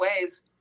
ways